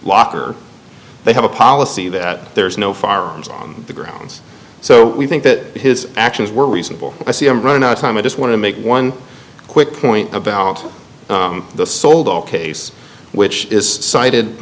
locker they have a policy that there's no firearms on the grounds so we think that his actions were reasonable i see him running out of time i just want to make one quick point about the sold off case which is cited